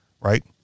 right